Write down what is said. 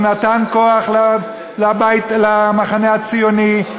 הוא נתן כוח למחנה הציוני,